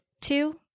two